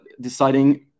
deciding